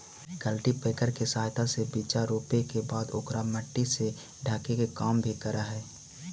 cultipacker के सहायता से बीचा रोपे के बाद ओकरा मट्टी से ढके के काम भी करऽ हई